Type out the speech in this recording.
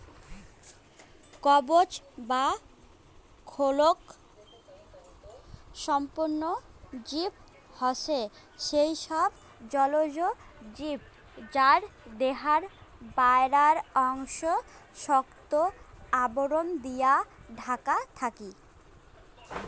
কবচ বা খোলক সম্পন্ন জীব হসে সেই সব জলজ জীব যার দেহার বায়রার অংশ শক্ত আবরণ দিয়া ঢাকা থাকি